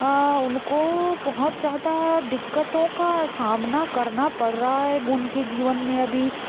उनको बहुत ज़्यादा दिक्कतों का सामना करना पड़ रहा है उनके जीवन में अभी